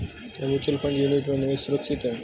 क्या mutual fund unit में निवेश सुरक्षित है?